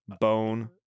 Bone